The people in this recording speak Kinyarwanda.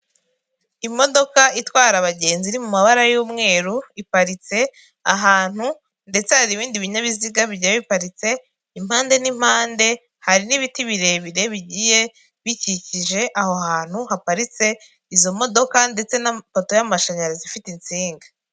Imodoka itwara abagenzi iri mu mabara y'umweru iparitse ahantu ndetse hari ibindi binyabiziga bijya biparitse impande n'impande hari n'ibiti birebire bigiye bikikije aho hantu haparitse izo modoka ndetse n'amapoto y'amashanyarazi ifite insinga.